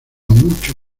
mucho